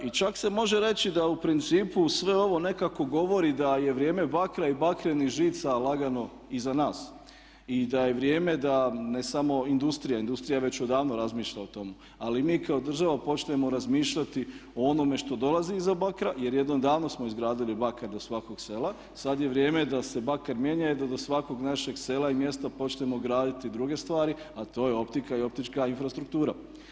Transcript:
I čak se može reći da u principu sve ovo nekako govori da je vrijeme bakra i bakrenih žica lagano iza nas i da je vrijeme da ne samo industrija, industrija već odavno razmišlja o tome, ali i mi kao država počnemo razmišljati o onome što dolazi iza bakra jer jednom davno smo izgradili bakar do svakog sela, sad je vrijeme da se bakar mijenja i da do svakog našeg sela i mjesta počnemo graditi druge stvari, a to je optika i optička infrastruktura.